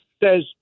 says